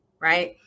right